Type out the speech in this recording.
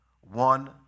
one